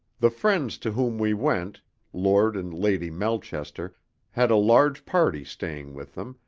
the friends to whom we went lord and lady melchester had a large party staying with them,